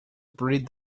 breed